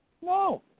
No